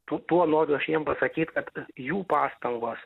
tu tuo noriu aš jiem pasakyt kad jų pastangos